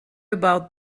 about